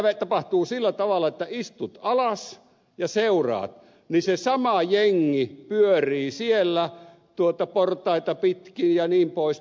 se tapahtuu sillä tavalla että istut alas ja seuraat niin se sama jengi pyörii siellä portaita pitkin jnp